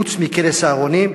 חוץ מכלא "סהרונים",